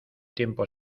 tiempo